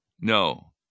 no